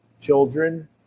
children